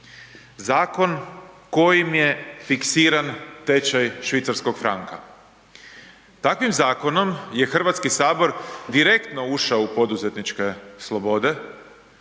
zakon kojim je fiksiran tečaj švicarskog franka. Takvim zakonom je Hrvatski sabor direktno ušao u poduzetničke slobode,